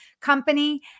company